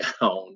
down